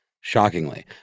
shockingly